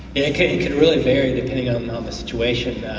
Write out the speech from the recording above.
and can and can really vary depending um on the situation,